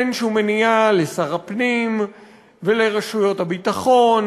אין שום מניעה לשר הפנים ולרשויות הביטחון